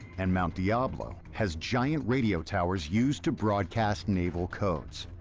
and mount diablo has giant radio towers used to broadcast naval codes,